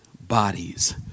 bodies